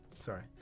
sorry